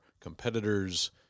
competitors